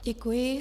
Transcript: Děkuji.